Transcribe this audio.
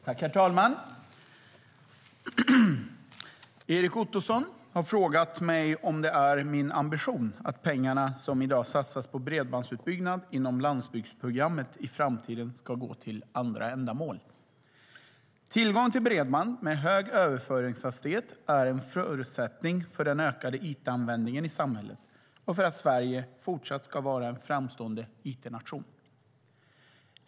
Herr talman! Erik Ottoson har frågat mig om det är min ambition att pengarna som i dag satsas på bredbandsutbyggnad inom Landsbygdsprogrammet i framtiden ska gå till andra ändamål. Tillgång till bredband med hög överföringshastighet är en förutsättning för den ökade it-användningen i samhället och för att Sverige fortsatt ska vara en framstående it-nation.